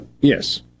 yes